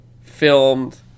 filmed